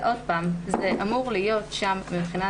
הסעיף קובע: